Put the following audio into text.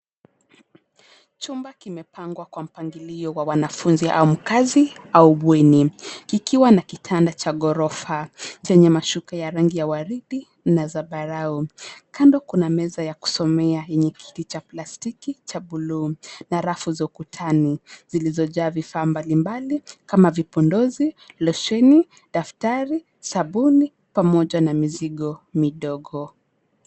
Chumba kimepangwa kwa mpangilio wa wanafunzi au mkazi, au bweni kikiwa na kitanda cha ghorofa, zenye mashuka ya rangi ya waridi na zambarau. Kando kuna meza ya kusomea yenye kiti cha plastiki cha bluu. Na rafu za ukutani zilizojaa vifaa mbalimbali kama vipodozi, losheni, daftari, sabuni pamoja na mizigo midogo.